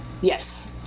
Yes